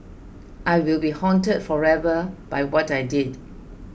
I will be haunted forever by what I did